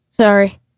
Sorry